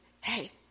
hey